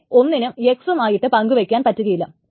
പിന്നെ ഒന്നിനും X ഉം ആയി പങ്കു വയ്ക്കുവാൻ പറ്റുകയില്ല